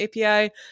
API